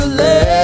let